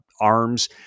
arms